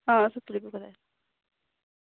آ